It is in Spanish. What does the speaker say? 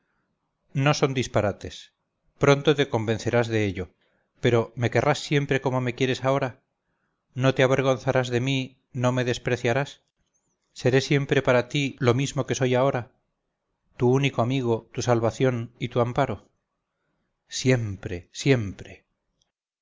no son disparates pronto te convencerás de ello pero me querrás siempre como me quieres ahora no te avergonzarás de mí no me despreciarás seré siempre para ti lo mismo que soy ahora tu único amigo tu salvación y tu amparo siempre siempre